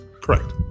Correct